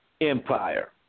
Empire